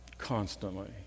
constantly